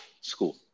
school